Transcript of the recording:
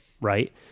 right